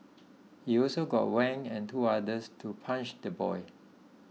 he also got Wang and two others to punch the boy